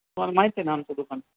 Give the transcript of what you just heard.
तुम्हाला माहीत आहे ना आमचं दुकान